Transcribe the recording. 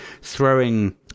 throwing